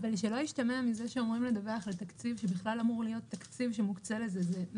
שלא ישתמע מזה שאומרים לדווח על תקציב שבכלל אמור תקציב שמוקצה לזה.